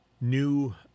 new